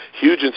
huge